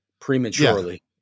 prematurely